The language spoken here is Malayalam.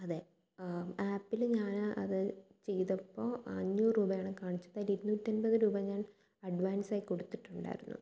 അതെ ആപ്പില് ഞാന് അത് ചെയ്തപ്പോൾ അഞ്ഞൂറ് രൂപയാണ് കാണിച്ചത് അതിൽ ഇരുന്നൂറ്റമ്പത് രൂപ ഞാൻ അഡ്വാൻസായി കൊടുത്തിട്ടുണ്ടായിരുന്നു